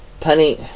Penny